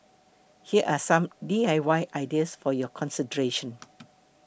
here are some D I Y ideas for your consideration